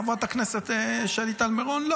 חברת הכנסת שלי טל מירון?